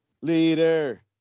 Leader